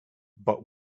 but